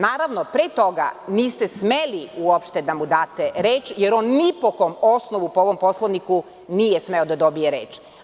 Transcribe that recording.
Naravno, pre toga niste smeli uopšte da mu date reč, jer on ni po kom osnovu po ovom Poslovniku nije smeo da dobije reč.